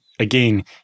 again